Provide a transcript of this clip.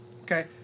Okay